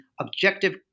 objective